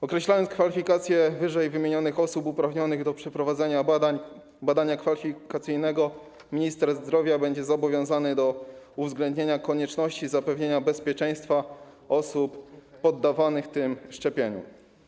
Określając kwalifikacje wyżej wymienionych osób uprawnionych do przeprowadzenia badania kwalifikacyjnego, minister zdrowia będzie zobowiązany do uwzględnienia konieczności zapewnienia bezpieczeństwa osób poddawanych tym szczepieniom.